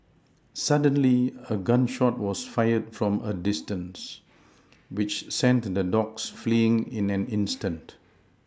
suddenly a gun shot was fired from a distance which sent the dogs fleeing in an instant